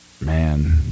man